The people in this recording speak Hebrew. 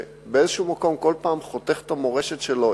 ובאיזה מקום כל פעם חותך את המורשת שלו,